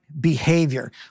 behavior